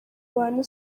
abantu